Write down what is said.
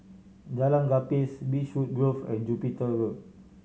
Jalan Gapis Beechwood Grove and Jupiter Road